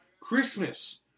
Christmas